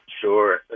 Sure